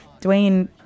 Dwayne